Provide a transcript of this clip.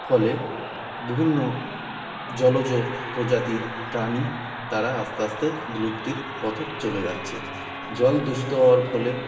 ফলে বিভিন্ন জলজ প্রজাতির প্রাণী তারা আস্তে আস্তে বিলুপ্তির পথে চলে যাচ্ছে জল দূষিত হওয়ার ফলে